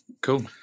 Cool